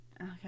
Okay